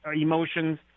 emotions